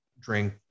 drink